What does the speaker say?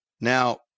Now